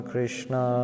Krishna